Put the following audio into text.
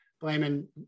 blaming